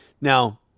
Now